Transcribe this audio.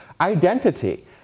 identity